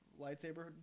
lightsaber